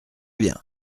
bien